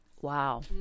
wow